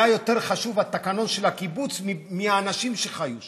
היה יותר חשוב התקנון של הקיבוץ מהאנשים שחיו שם.